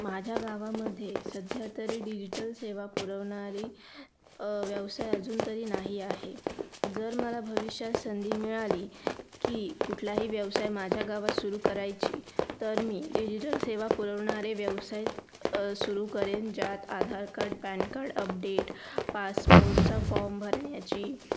माझ्या गावामध्ये सध्या तरी डिजिटल सेवा पुरवणारी व्यवसाय अजून तरी नाही आहे जर मला भविष्यास संधी मिळाली की कुठलाही व्यवसाय माझ्या गावात सुरु करायची तर मी डिजिटल सेवा पुरवणारे व्यवसाय सुरु करेन ज्यात Aadhaar card PAN card update पासपोर्टचा फॉम भरण्याची